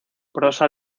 prosa